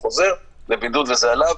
הוא צריך לדעת שהוא חוזר לבידוד וזה עליו.